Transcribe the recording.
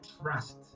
trust